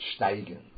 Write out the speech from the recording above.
Steigen